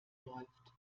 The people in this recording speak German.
läuft